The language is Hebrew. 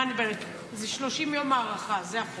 זה 30 יום הארכה, זה הכול.